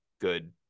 good